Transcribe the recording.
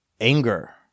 Anger